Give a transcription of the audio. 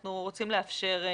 אנחנו רוצים לאפשר.